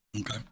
Okay